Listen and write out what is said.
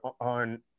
on